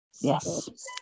Yes